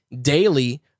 daily